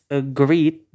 agreed